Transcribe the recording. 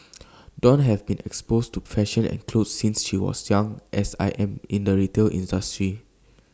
dawn have been exposed to fashion and clothes since she was young as I am in the retail industry